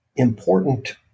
important